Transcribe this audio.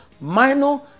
minor